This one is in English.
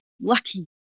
lucky